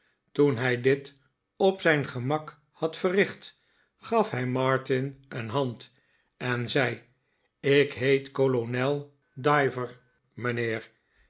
toen hij dit op zijn gemak had verricht gaf hij martin een hand en zei ik heet kolonel diver mijnheer